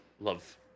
love